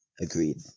Agreed